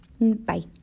Bye